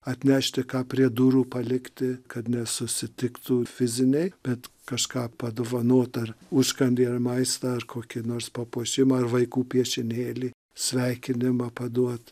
atnešti ką prie durų palikti kad nesusitiktų fiziniai bet kažką padovanot ar užkandį ar maistą ar kokį nors papuošimą ar vaikų piešinėlį sveikinimą paduot